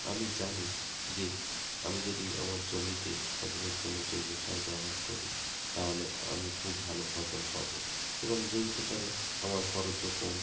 আমি জানি যে আমি যদি আমার জমিতে ফসলের জন্য জৈব সার ব্যবহার করি তাহলে আমি খুব ভালো ফসল পাব এবং জৈব সারে আমার খরচও কম